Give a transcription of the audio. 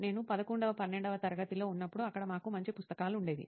నేను 11 వ 12 వ తరగతిలో ఉన్నప్పుడు అక్కడ మాకు మంచి పుస్తకాలు ఉండేవి